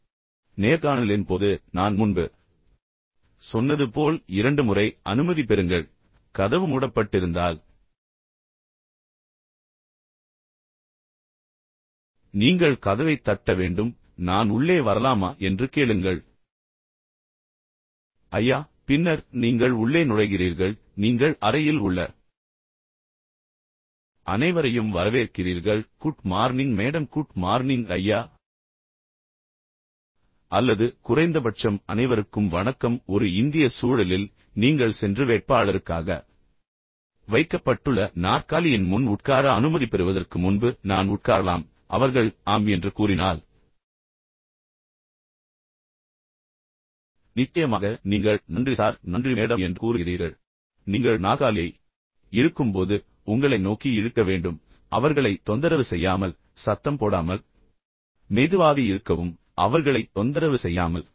எனவே நேர்காணலின் போது நான் முன்பு சொன்னது போல் இரண்டு முறை அனுமதி பெறுங்கள் கதவு மூடப்பட்டிருந்தால் நீங்கள் கதவைத் தட்ட வேண்டும் நான் உள்ளே வரலாமா என்று கேளுங்கள் ஐயா பின்னர் நீங்கள் உள்ளே நுழைகிறீர்கள் நீங்கள் அறையில் உள்ள அனைவரையும் வரவேற்கிறீர்கள் good morning madam good morning ஐயா அல்லது குறைந்தபட்சம் அனைவருக்கும் வணக்கம் ஒரு இந்திய சூழலில் நீங்கள் சென்று வேட்பாளருக்காக வைக்கப்பட்டுள்ள நாற்காலியின் முன் உட்கார அனுமதி பெறுவதற்கு முன்பு நான் உட்காரலாம் அவர்கள் ஆம் என்று கூறினால் நிச்சயமாக நீங்கள் நன்றி சார் நன்றி மேடம் என்று கூறுகிறீர்கள் மற்றும் நீங்கள் நாற்காலியை இழுக்கும்போது நீங்கள் அதை உங்களை நோக்கி இழுக்க வேண்டும் அவர்களை தொந்தரவு செய்யாமல் சத்தம் போடாமல் மெதுவாக இழுக்கவும் அவர்களை தொந்தரவு செய்யாமல்